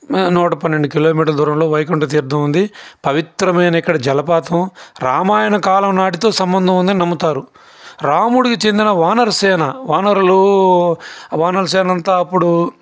నూట పన్నెండు కిలోమీటర్ల దూరంలో వైకుంఠపురం తీర్థం ఉంది పవిత్రమైన ఇక్కడ జలపాతం రామాయణ కాలం నాటితో సంబంధం ఉందని నమ్ముతారు రాముడికి చెందిన వానర సేన వానరులుకు వానరసేనంత అప్పుడు